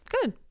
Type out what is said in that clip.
good